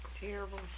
Terrible